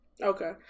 Okay